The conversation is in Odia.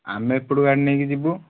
ଆମେ ଏପଟୁ ଗାଡ଼ି ନେଇକି ଯିବୁ